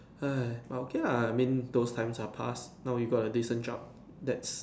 but okay lah I mean those times are passed now you got a decent job that's